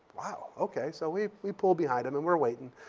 wow, okay. so we we pulled behind them, and we're waiting.